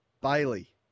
Bailey